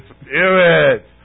Spirit